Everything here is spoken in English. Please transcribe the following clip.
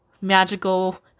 magical